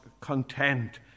content